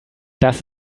das